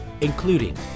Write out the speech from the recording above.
including